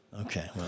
okay